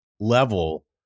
level